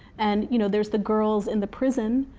and you know there's the girls in the prison,